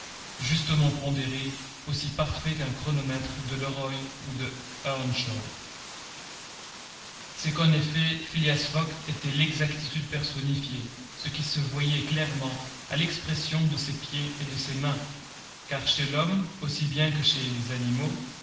justement pondéré aussi parfait qu'un chronomètre de leroy ou de earnshaw c'est qu'en effet phileas fogg était l'exactitude personnifiée ce qui se voyait clairement à l'expression de ses pieds et de ses mains car chez l'homme aussi bien que chez les animaux